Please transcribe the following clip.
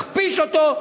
מכפיש אותו,